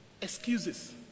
Excuses